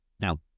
Now